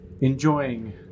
enjoying